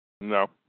No